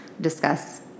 discuss